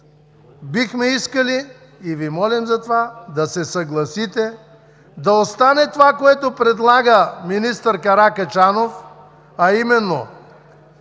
Бихме искали и Ви молим затова да се съгласите да остане това, което предлага министър Каракачанов, а именно: